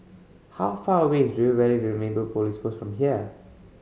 how far away is River Valley Neighbourhood Police Post from here